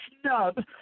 snub